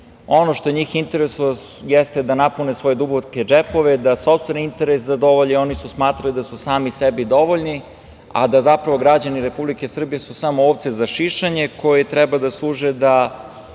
Ono što njih interesuje jeste da napune svoje duboke džepove, da sopstveni interes zadovolje, oni su smatrali da su sami sebi dovoljni, a da su građani Republike Srbije samo ovce za šišanje koje treba da služe da